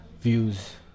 views